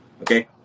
Okay